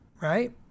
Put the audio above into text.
Right